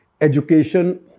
education